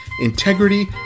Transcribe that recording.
integrity